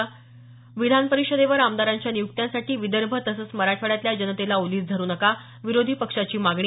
स विधान परिषदेवर आमदारांच्या नियुक्त्यांसाठी विदर्भ तसंच मराठवाड्यातल्या जनतेला ओलीस धरू नका विरोधी पक्षाची मागणी